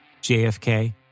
JFK